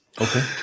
Okay